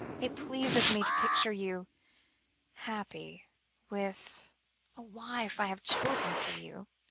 it pleases me to picture you happy with a wife i have chosen for you.